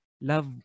love